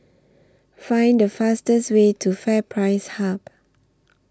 Find The fastest Way to FairPrice Hub